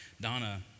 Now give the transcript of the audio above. Donna